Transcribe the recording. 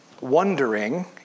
Wondering